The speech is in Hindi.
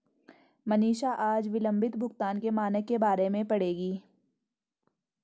मनीषा आज विलंबित भुगतान के मानक के बारे में पढ़ेगी